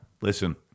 Listen